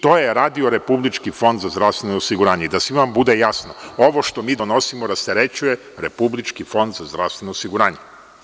To je Radio Republički fond za zdravstveno osiguranje i da svima bude jasno, ovo što mi donosimo rasterećuje Republički fond za zdravstveno osiguranje.